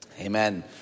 amen